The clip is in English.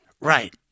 Right